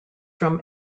from